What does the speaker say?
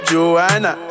Joanna